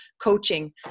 coaching